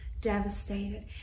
devastated